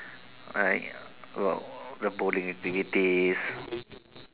right about the bowling activities